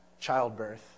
childbirth